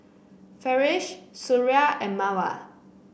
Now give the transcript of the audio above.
Farish Suria and Mawar